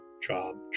job